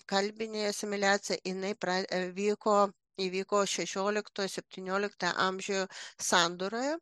kalbinė asimiliacijai jinai pra vyko įvyko šešiolikto septyniolikto amžių sandūroje